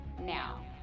now